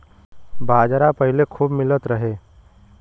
बाजरा पहिले खूबे मिलत रहे